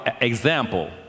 example